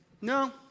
No